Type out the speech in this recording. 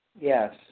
Yes